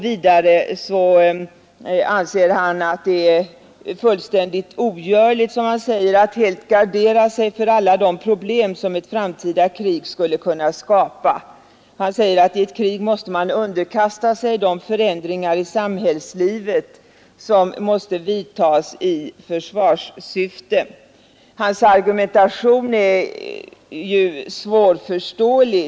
Vidare anser han att det är fullständigt ogörligt att helt gardera sig för alla de problem som ett framtida krig skulle kunna skapa. I ett krig måste man underkasta sig de förändringar i samhällslivet som måste vidtas i försvarssyfte. Hans argumentation är svårförståelig.